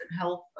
health